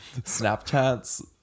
Snapchat's